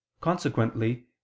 consequently